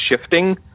shifting